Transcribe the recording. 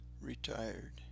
retired